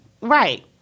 right